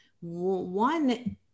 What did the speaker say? One